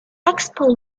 expo